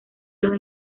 los